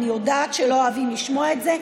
ואני יודעת שלא אוהבים לשמוע את זה,